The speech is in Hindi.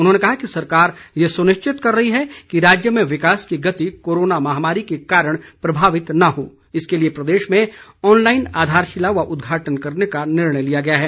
उन्होंने कहा कि सरकार ये सुनिश्चित कर रही है कि राज्य में विकास की गति कोरोना महामारी के कारण प्रभावित न हो इसके लिए प्रदेश में ऑनलाइन आधारशिला व उद्घाटन करने का निर्णय लिया गया है